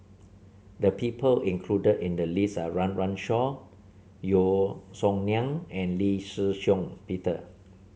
the people included in the list are Run Run Shaw Yeo Song Nian and Lee Shih Shiong Peter